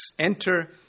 enter